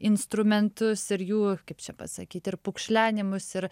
instrumentus ir jų kaip čia pasakyt ir pukšlenimus ir